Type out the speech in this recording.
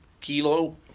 Kilo